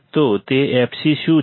તો તે fc શું છે